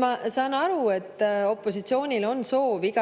Ma saan aru, et opositsioonil on soov igal juhul